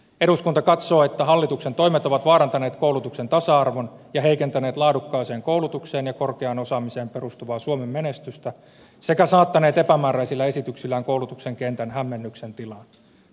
eduskunta katsoo että hallituksen toimet ovat vaarantaneet koulutuksen tasa arvon ja heikentäneet laadukkaaseen koulutukseen ja korkeaan osaamiseen perustuvaa suomen menestystä sekä saattaneet epämääräisillä esityksillään koulutuksen kentän hämmennyksen tilaan